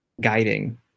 guiding